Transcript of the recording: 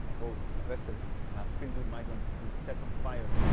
ah boat, a vessel filled with migrants is set on fire.